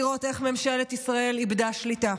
לראות איך ממשלת ישראל איבדה שליטה,